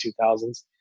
2000s